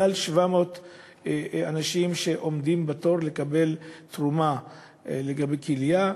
יותר מ-700 אנשים עומדים בתור לקבל תרומה של כליה,